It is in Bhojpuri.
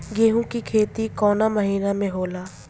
गेहूँ के खेती कवना महीना में होला?